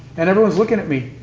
and everyone's looking at me,